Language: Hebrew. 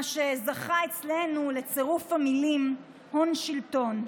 מה שזכה אצלנו לצירוף המילים הפופולרי "הון-שלטון".